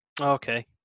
Okay